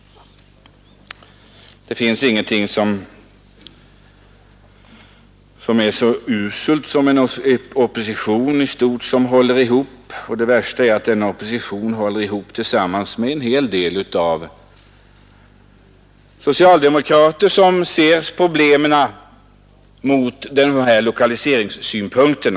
Det finns ingenting som är så uselt som en opposition som håller ihop, och det värsta är att denna opposition håller ihop med en hel del socialdemokrater som ser problemen från liknande synpunkter.